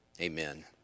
Amen